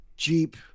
jeep